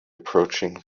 approaching